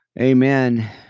amen